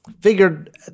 Figured